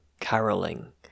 caroling